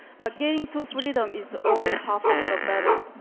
but getting to freedom is only half the battle.